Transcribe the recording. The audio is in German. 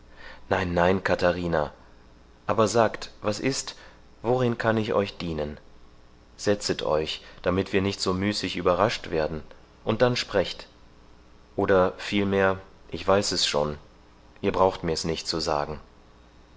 nein nein katharina aber sagt was ist worin kann ich euch dienen setzet euch damit wir nicht so müßig überrascht werden und dann sprecht oder vielmehr ich weiß es schon ihr braucht mir's nicht zu sagen